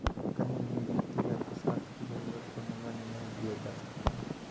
कहीं भी वित्तीय अर्थशास्त्र की जरूरत को नगण्य नहीं किया जा सकता है